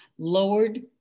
lowered